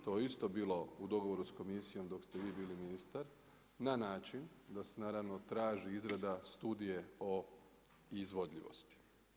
To je isto bilo u dogovoru da Komisijom dok ste vi bili ministar na način da se naravno traži izrada Studije o izvodljivosti.